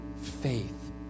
faith